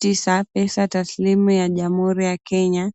Tisa Pesa taslimu ya jamhuri ya Kenya.